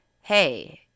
hey